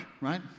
right